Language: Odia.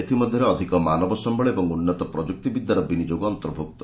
ଏଥିମଧ୍ୟରେ ଅଧିକ ମାନବ ସମ୍ଭଳ ଏବଂ ଉନ୍ନତ ପ୍ରଯୁକ୍ତିବିଦ୍ୟାର ବିନିଯୋଗ ଅନ୍ତର୍ଭୁକ୍ତ